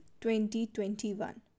2021